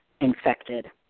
infected